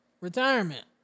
Retirement